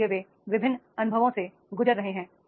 इसलिए वे विभिन्न अनुभवों से गुजर रहे हैं